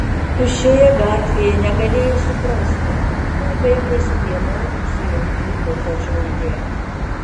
tuščioje gatvėje negalėjai suprasti kur baigiasi vienodų sujungtų kotedžų eilė